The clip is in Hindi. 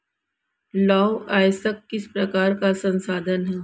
लौह अयस्क किस प्रकार का संसाधन है?